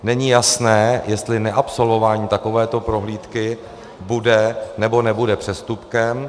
Není jasné, jestli neabsolvování takovéto prohlídky bude, nebo nebude přestupkem.